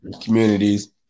communities